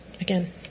again